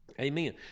Amen